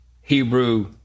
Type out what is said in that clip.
Hebrew